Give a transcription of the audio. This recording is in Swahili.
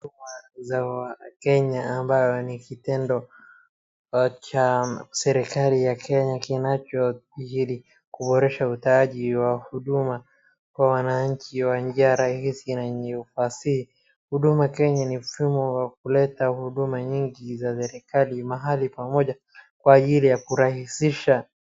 Huduma za wakenya ambayo ni kitengo cha serikali ya Kenya kinachostahili kuboresha utoaji wa huduma kwa wananchi kwa njia rahisi na yenye ufasihi. Huduma Kenya ni mfumo wa kuleta huduma nyingi za serikali mahali pamoja kwa ajili ya kurahisisha.